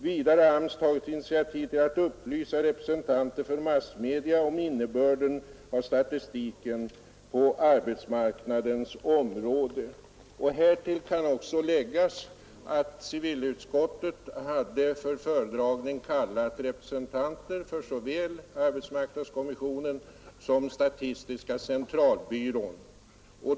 Vidare har AMS tagit initiativ för att upplysa representanter för massmedia om innebörden av statistiken på arbetsmarknadens område.” Härtill kan läggas att civilutskottet för föredragning hade kallat representanter för såväl arbetsmarknadsstyrelsen som statistiska central byrån.